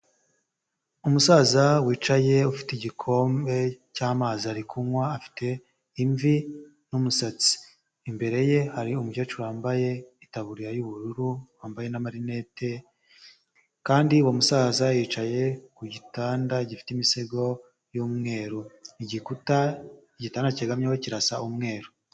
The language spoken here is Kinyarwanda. Umusaza wicaye ufite igikombe cy'amazi, ari kunywa, afite imvi n'umusatsi, imbere ye hari umukecuru wambaye itaburiya y'ubururu, wambaye n'amarinete, kandi uwo musaza yicaye ku gitanda gifite imisego y'umweru, igikuta, igitanda yegamyeho kirasa umweru.